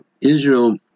Israel